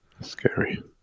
scary